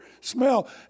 smell